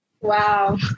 Wow